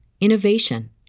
innovation